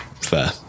fair